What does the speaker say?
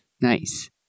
Nice